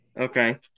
Okay